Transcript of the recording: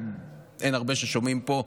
כי אין הרבה ששומעים פה,